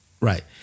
right